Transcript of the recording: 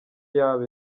yaba